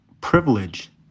privilege